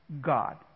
God